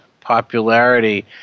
popularity